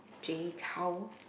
Jay-Chou